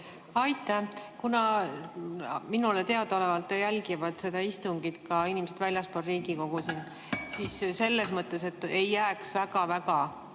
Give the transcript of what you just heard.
Aitäh! Kuna minule teadaolevalt jälgivad seda istungit ka inimesed väljaspool Riigikogu, siis selles mõttes, et ei jääks väga halb